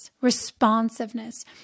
responsiveness